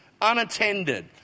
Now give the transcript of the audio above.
unattended